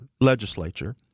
legislature